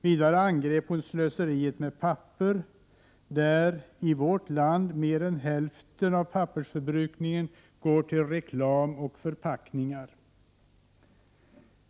Vidare angrep hon slöseriet med papper, där i vårt land mer än hälften av pappersförbrukningen går till reklam och förpackningar.